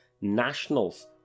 nationals